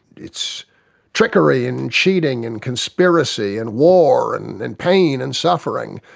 it's trickery and cheating and conspiracy and war and and pain and suffering,